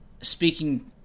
speaking